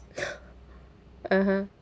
(uh huh)